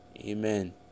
Amen